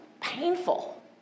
painful